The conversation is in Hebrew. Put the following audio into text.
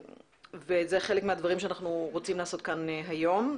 וזה חלק מהדברים שאנחנו רוצים לעשות כאן היום,